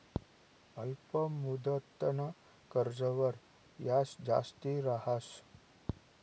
अल्प मुदतनं कर्जवर याज जास्ती रहास